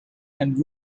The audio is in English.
and